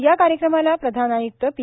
या कार्यक्रमाला प्रधानआयुक्त पी